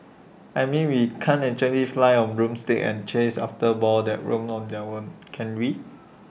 I mean we can't actually fly on broomsticks and chase after balls that roam on their own can we